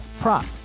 prop